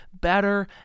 better